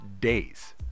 days